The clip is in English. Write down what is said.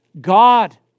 God